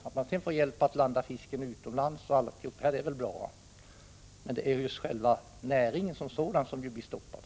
Att de får hjälp när de måste landa fisk utomlands är väl bra, men det är själva näringsverksamheten som stoppas under dessa väderförhållanden.